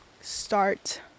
start